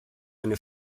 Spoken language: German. eine